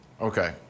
okay